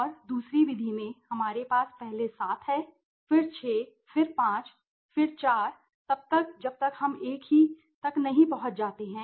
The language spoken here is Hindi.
और दूसरी विधि में हमारे पास पहले सात हैं फिर 6 फिर 5 फिर 4 तब तक जब तक हम एक ही तक नहीं पहुंच जाते हैं